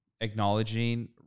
acknowledging